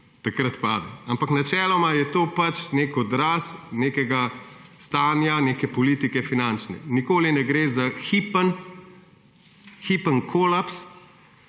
takrat pa. Ampak načeloma je to pač nek odraz nekega stanja, neke finančne politike. Nikoli ne gre za hipen kolaps.